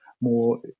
more